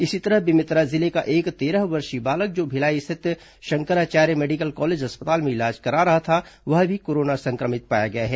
इसी तरह बेमेतरा जिले का एक तेरह वर्षीय बालक जो भिलाई रिथित शंकराचार्य मेडिकल कॉलेज अस्पताल में इलाज करा रहा था वह भी कोरोना संक्रमित पाया गया है